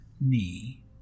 knee